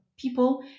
people